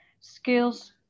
skills